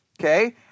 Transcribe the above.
Okay